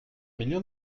million